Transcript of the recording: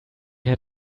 had